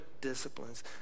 disciplines